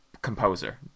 Composer